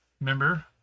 Remember